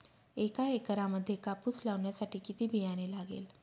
एका एकरामध्ये कापूस लावण्यासाठी किती बियाणे लागेल?